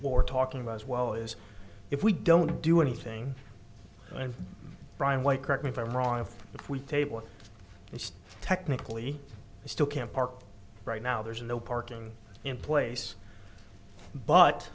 or talking about as well is if we don't do anything and brian white correct me if i'm wrong if we table and technically still can't park right now there's no parking in place but